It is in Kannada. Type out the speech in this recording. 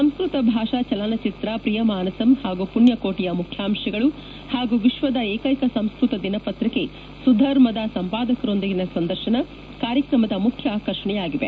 ಸಂಸ್ಕ್ವತ ಭಾಷಾ ಚಲನಚಿತ್ರ ಪ್ರಿಯಮಾನಸಂ ಹಾಗೂ ಪುಣ್ಯಕೋಟಿಯ ಮುಖ್ಯಾಂಶಗಳು ಹಾಗೂ ವಿಶ್ವದ ಏಕೈಕ ಸಂಸ್ಕ್ವತ ದಿನಪತ್ರಿಕೆ ಸುಧರ್ಮದ ಸಂಪಾದಕರೊಂದಿಗಿನ ಸಂದರ್ಶನ ಕಾರ್ಯಕ್ರಮದ ಮುಖ್ಯ ಆಕರ್ಷಣೆಯಾಗಿವೆ